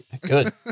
Good